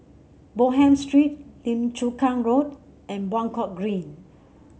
Bonham Street Lim Chu Kang Road and Buangkok Green